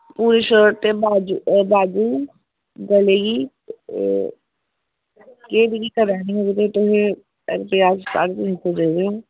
पूरी शर्ट ते बाज़ू गले गी एह् जेह्की करनी होग ते तुसें रपेऽ साड्ढे तिन्न सौ देई ओड़ेओ